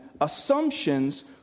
assumptions